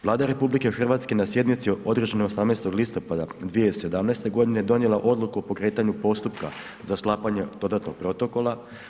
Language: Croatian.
Vlada RH na sjednici održanoj 18. listopada 2017. g. donijela je odluku o pokretanju postupka za sklapane dodatnog protokola.